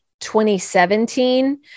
2017